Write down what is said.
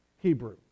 Hebrew